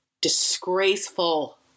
Disgraceful